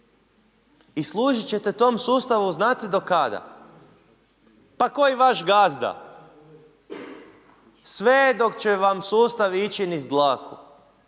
I služiti ćete tom sustavu znate do kada? Pa kao i vaš gazda, sve dok će vam sustav ići niz dlaku.